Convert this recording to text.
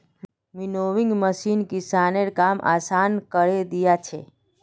winnowing machine किसानेर काम आसान करे दिया छे